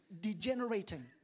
degenerating